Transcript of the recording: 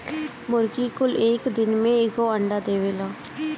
मुर्गी कुल एक दिन में एगो अंडा देवेला